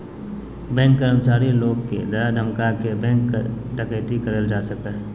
bank कर्मचारी लोग के डरा धमका के बैंक डकैती करल जा सका हय